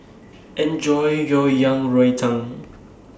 Enjoy your Yang Rou Tang